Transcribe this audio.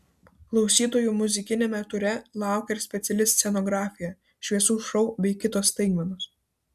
klausytojų muzikiniame ture laukia ir speciali scenografija šviesų šou bei kitos staigmenos